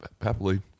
happily